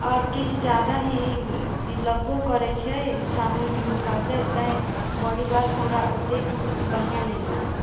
आओर किछु जादा ही ई लगबो करै छै साबुनके मुकाबले तैं बौडी वाँश हमरा ओतेक बढ़िऑं नहि लागल